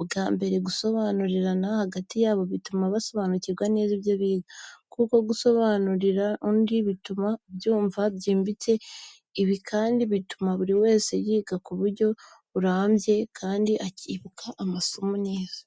Ubwa mbere, gusobanurirana hagati yabo bituma basobanukirwa neza ibyo biga, kuko gusobanurira undi bituma ubyumva byimbitse. Ibi kandi bituma buri wese yiga ku buryo burambye kandi akibuka amasomo neza.